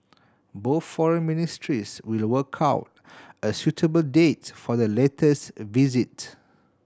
both foreign ministries will work out a suitable date for the latter's visit